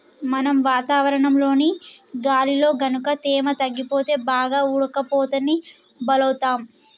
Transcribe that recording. మనం వాతావరణంలోని గాలిలో గనుక తేమ తగ్గిపోతే బాగా ఉడకపోతకి బలౌతాం